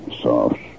Soft